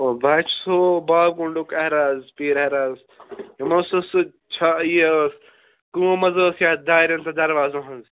بہٕ حظ چھُسو باغ گنٛڈُک عحراز پیٖر عحعراز یِمو سُہ سُہ چھا یہِ کٲم حظ ٲس یَتھ دارٮ۪ن تہٕ دروازَن ہٕنٛز